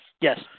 Yes